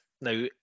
Now